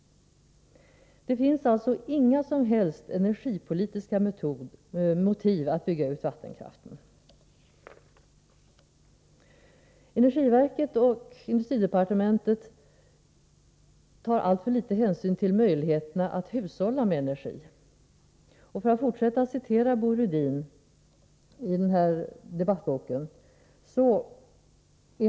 Det finns alltså inga som helst energipolitiska motiv att bygga ut vattenkraften. Energiverket och industridepartementet tar alltför litet hänsyn till möjligheterna att hushålla med energi. Jag kan fortsätta att citera Bo Rydin i den här boken.